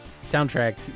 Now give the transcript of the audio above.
soundtrack